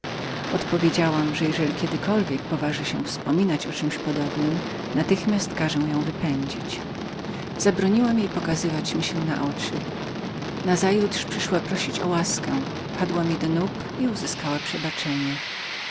odpowiedziałam że jeżeli kiedykolwiek poważy się wspominać o czemś podobnem natychmiast każę ją wypędzić zobaczymy rzekła zabroniłam pokazywać mi się na oczy nazajutrz przysłała prosić o łaskę padła mi do nóg i